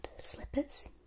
slippers